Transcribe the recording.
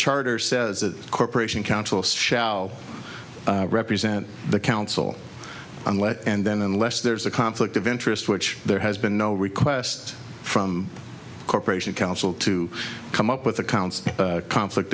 charter says the corporation council shall represent the council on let and then unless there's a conflict of interest which there has been no request from corporation council to come up with a council conflict